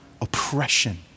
oppression